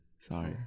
Sorry